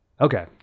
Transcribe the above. Okay